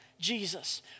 Jesus